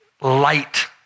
light